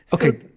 Okay